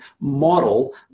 model